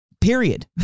period